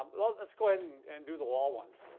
um let's go ahead and and do the wall ones.